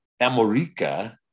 Amorica